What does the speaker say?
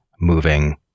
moving